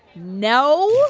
no